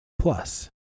Plus